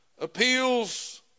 appeals